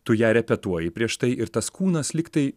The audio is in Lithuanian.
tu ją repetuoji prieš tai ir tas kūnas lyg tai